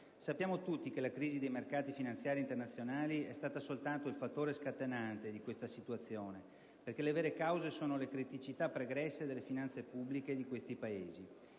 Sappiamo tutti che la crisi dei mercati finanziari internazionali è stata soltanto il fattore scatenante di questa situazione, perché le vere cause sono le criticità pregresse nelle finanze pubbliche di questi Paesi.